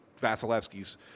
Vasilevsky's